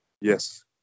Yes